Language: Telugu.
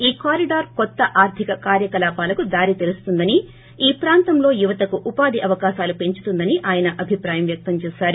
ఈ కారిడార్ కొత్త ఆర్గిక కార్యకలాపాలకు దారి తెరుస్తుందని ఈ ప్రాంతంలో యువతకు ఉపాధి అవకాశాలను పెంచుతుందని ఆయన అభిప్రాయం వ్యక్తం చేశారు